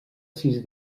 sis